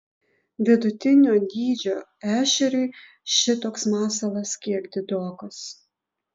vidutinio dydžio ešeriui šitoks masalas kiek didokas